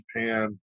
Japan